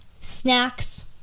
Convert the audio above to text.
snacks